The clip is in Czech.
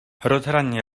rozhraní